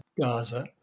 Gaza